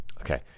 Okay